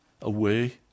away